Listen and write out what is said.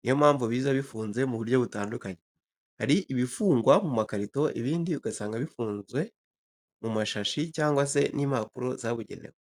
niyo mpamvu biza bifunze mu buryo butandukanye. Hari ibifungwa mu makarito, ibindi ugasanga bifunze mu mashashi cyangwa se m'umpapuro zabugenewe.